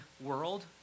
world